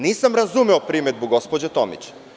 Nisam razumeo primedbu, gospođo Tomić.